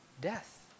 death